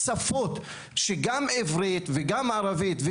מעבדת שפות, גם עברית וגם ערבית.